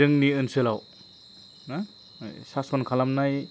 जोंनि ओनसोलाव ना सासन खालामनाय